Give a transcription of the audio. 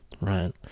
Right